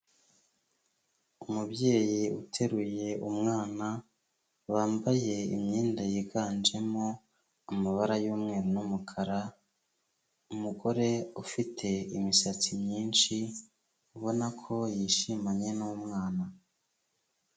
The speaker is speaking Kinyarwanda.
Umubyeyi uteruye umwana wambaye imyenda yiganjemo amabara y'umweru n'umukara, umugore ufite imisatsi myinshi ubona ko yishimanye n'umwana.